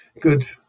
good